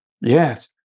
Yes